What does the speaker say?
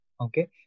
okay